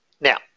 Now